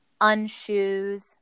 Unshoes